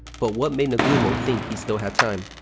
but what made nagumo think he still had time?